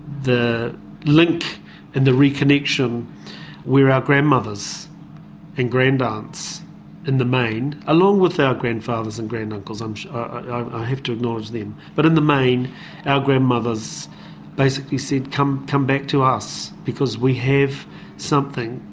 the link and the reconnection were our grandmothers and grandaunts in the main, along with our grandfathers and granduncles um have to acknowledge them, but in the main our grandmothers basically said come come back to us because we have something,